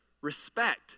respect